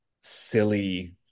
silly